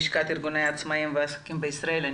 מלשכת ארגוני העצמאים והעסקים בישראל.